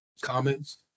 comments